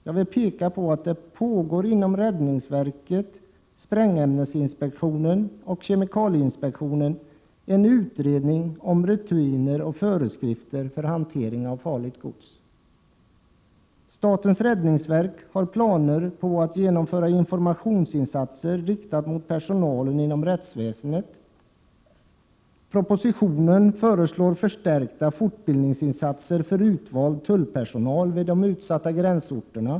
Jag vill peka på att det inom räddningsverket, sprängämnesinspektionen och kemikalieinspektionen pågår en utredning om rutiner och föreskrifter för hantering av farligt gods. Statens räddningsverk har planer på att genomföra informationsinsatser riktade till personal inom rättsväsendet. I propositionen föreslås förstärkta fortbildningsinsatser för utvald tullpersonal vid de utsatta gränsorterna.